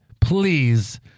Please